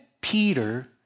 Peter